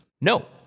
no